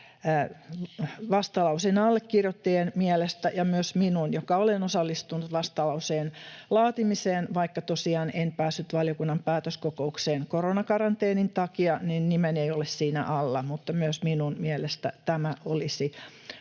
vastalauseen allekirjoittajien mielestä — itse olen osallistunut vastalauseen laatimiseen, vaikka tosiaan en päässyt valiokunnan päätöskokoukseen koronakaranteenin takia ja nimeni ei ole siinä alla, mutta myös minun mielestäni — tämä olisi paljon